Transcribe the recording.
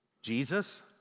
Jesus